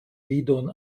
vidon